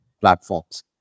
platforms